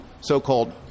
so-called